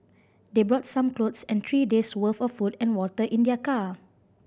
they brought some clothes and three days' worth of food and water in their car